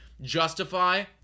justify